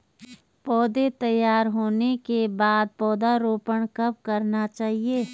पौध तैयार होने के बाद पौधा रोपण कब करना चाहिए?